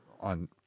on